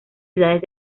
ciudades